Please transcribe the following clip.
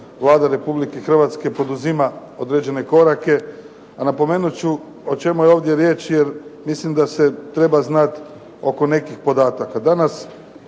Vlada Republike Hrvatske poduzima određene korake, a napomenut ću o čemu je ovdje riječ jer mislim da se treba znati oko nekih podataka.